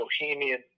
bohemian